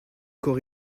corps